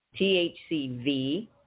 THCV